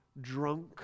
drunk